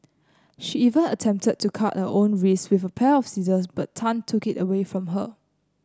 she even attempted to cut her own wrists with a pair of scissors but Tan took it away from her